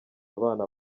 abana